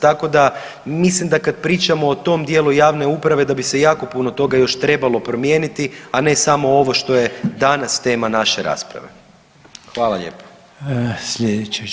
Tako da mislim da kad pričamo o tom dijelu Javne uprave da bi se jako puno toga još trebalo promijeniti a ne samo ovo što je danas tema naše rasprave.